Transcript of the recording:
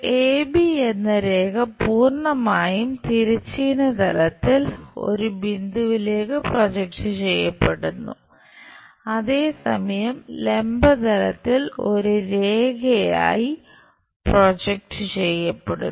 A ചെയ്യപ്പെടുന്നു